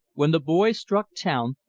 when the boys struck town,